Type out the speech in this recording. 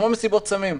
כמו מסיבות סמים.